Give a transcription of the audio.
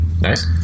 Nice